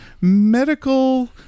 medical